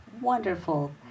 Wonderful